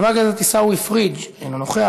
חבר הכנסת עיסאווי פריג' אינו נוכח,